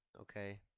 okay